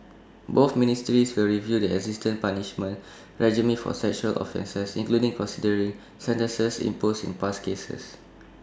both ministries will review the existing punishment regime for sexual offences including considering sentences imposed in past cases